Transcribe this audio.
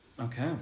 okay